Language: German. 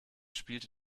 spielte